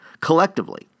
collectively